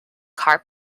car